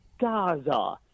Gaza